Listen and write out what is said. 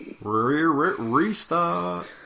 Restart